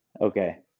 Okay